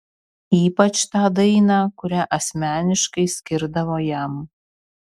ypač tą dainą kurią asmeniškai skirdavo jam